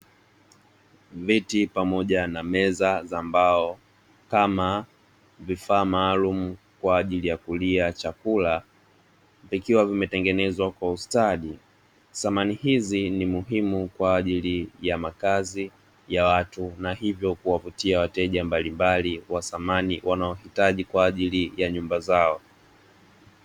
Viti pamoja na meza za mbao kama vifaa maalum kwa ajili ya kulia chakula vikiwa vimetengenezwa kwa ustadi. Samani hizi ni muhimu kwa ajili ya makazi ya watu na hivyo kuwavutia wateja mbalimbali wa samani wanaohitaji kwa ajili ya nyumba zao.